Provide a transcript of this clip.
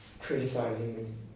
criticizing